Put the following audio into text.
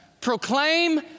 proclaim